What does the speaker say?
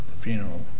funeral